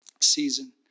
season